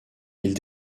ils